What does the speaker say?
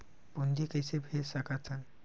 पूंजी कइसे भेज सकत हन?